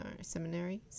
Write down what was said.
seminary